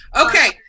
Okay